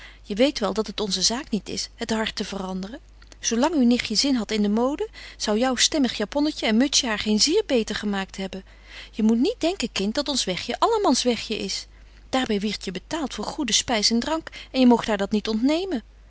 je weet wel dat het onze zaak niet is het hart te veranderen zo lang uw nichtje zin hadt in de mode zou jou stemmig japonnetje en mutsje haar geen zier beter gemaakt hebben je moet niet denken kind dat ons wegje allemans wegje is daar by wierd je betaalt voor goede spys en drank en je moogt haar dat niet ontnemen